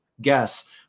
guess